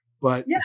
But-